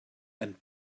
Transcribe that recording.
and